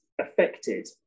affected